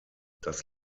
das